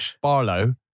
Barlow